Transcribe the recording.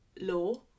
law